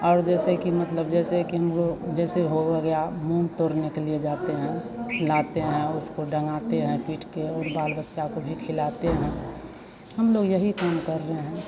और जैसे कि मतलब जैसे कि हम लोग जैसे हो गया मूँग तोड़ने के लिए जाते हैं लाते हैं उसको डंगाते हैं पीटकर और बाल बच्चा को भी खिलाते हैं हम लोग यही काम कर रहे हैं